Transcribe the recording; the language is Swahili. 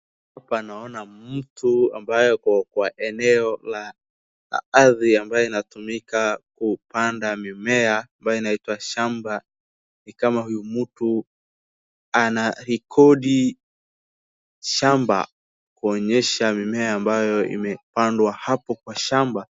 Hapa naona mtu ambaye ako kwa eneo la ardhi ambayo inayotumika kupanda mimea ambayo inaitwa shamba ni kama huyu mtu anarekodi shamba kuonyesha mimea ambayo imepandwa hapo kwa shamba.